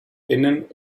innen